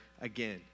again